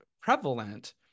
prevalent